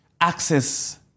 access